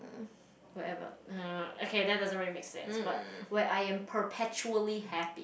whatever uh okay that doesn't really make sense but where I am perpetually happy